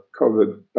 COVID